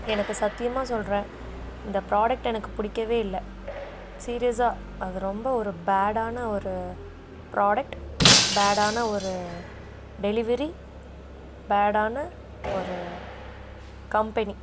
எனக்கு சத்தியமாக சொல்கிறேன் இந்த ப்ரோடக்ட் எனக்கு பிடிக்கவே இல்லை சீரியஸ்ஸாக அது ரொம்ப ஒரு பேடான ஒரு ப்ரோடக்ட் பேடான ஒரு டெலிவரி பேடான ஒரு கம்பெனி